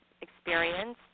experience